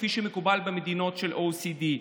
כפי שמקובל במדינות ה-OECD.